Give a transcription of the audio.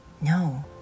No